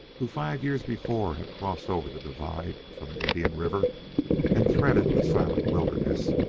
who five years before had crossed over the divide from indian river and threaded the silent wilderness,